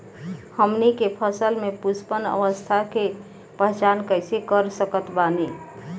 हमनी के फसल में पुष्पन अवस्था के पहचान कइसे कर सकत बानी?